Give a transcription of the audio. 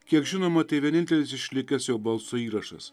kiek žinoma tai vienintelis išlikęs jo balso įrašas